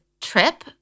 trip